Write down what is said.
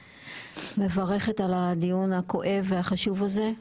מברכת על הדיון הכואב והחשוב הזה.